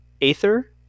Aether